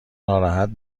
ناراحت